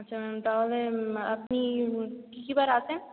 আচ্ছা ম্যাম তাহলে আপনি কী কী বার আসেন